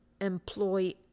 employ